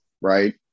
right